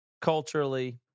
culturally